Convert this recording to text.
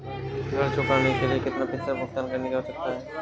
ऋण चुकाने के लिए कितना प्रतिशत भुगतान करने की आवश्यकता है?